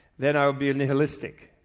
then i'll be nihilistic,